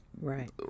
right